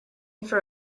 for